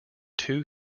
two